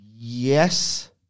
Yes